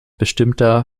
bestimmter